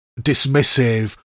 dismissive